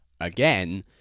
again